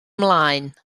ymlaen